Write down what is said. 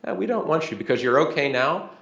and we don't want you because you're ok now,